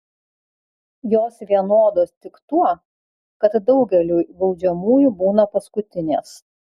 jos vienodos tik tuo kad daugeliui baudžiamųjų būna paskutinės